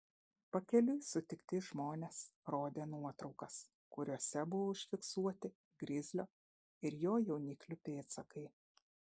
pakeliui sutikti žmonės rodė nuotraukas kuriose buvo užfiksuoti grizlio ir jo jauniklių pėdsakai